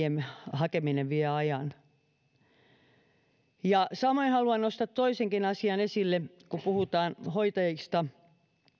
hakeminen vie ajan samoin haluan nostaa toisenkin asian esille kun puhutaan hoitajista